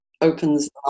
opens